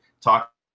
talk